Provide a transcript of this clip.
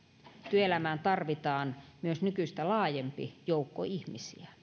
työelämään tarvitaan myös nykyistä laajempi joukko ihmisiä